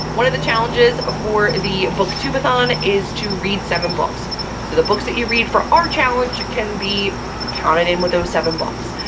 one of the challenges for the booktubeathon is to read seven books so the books that you read for our challenge can be counted in with those seven books.